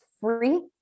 free